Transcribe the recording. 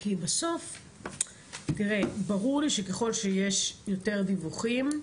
כי ברור לי שככל שיש יותר דיווחים,